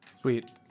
Sweet